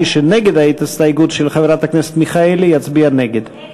מי שנגד ההסתייגות של חברת הכנסת מיכאלי יצביע נגד.